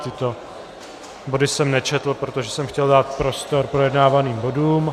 Tyto omluvy jsem nečetl, protože jsem chtěl dát prostor projednávaným bodům.